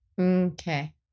Okay